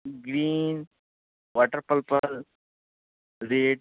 green water purple red